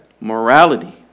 Morality